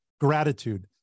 gratitude